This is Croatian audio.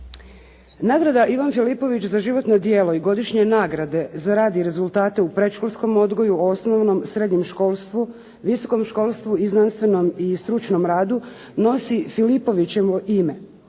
Nagrada "Ivan Filipović" za životno djelo i godišnje nagrade za rad i rezultate u predškolskom odgoju, osnovnom, srednjem školstvu, visokom školstvu i znanstvenom i stručnom radu nosi Filipovićevo ime,